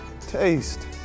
taste